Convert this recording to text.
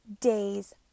days